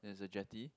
it has a jetty